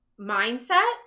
mindset